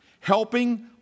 Helping